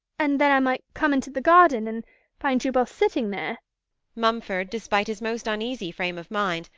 and then i might come into the garden and find you both sitting there mumford, despite his most uneasy frame of mind,